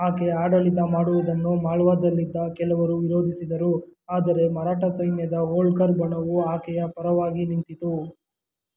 ಆಕೆ ಆಡಳಿತ ಮಾಡುವುದನ್ನು ಮಾಳ್ವಾದಲ್ಲಿದ್ದ ಕೆಲವರು ವಿರೋಧಿಸಿದರು ಆದರೆ ಮರಾಠಾ ಸೈನ್ಯದ ಹೋಳ್ಕರ್ ಬಣವು ಆಕೆಯ ಪರವಾಗಿ ನಿಂತಿತು